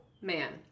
man